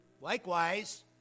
Likewise